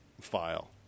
file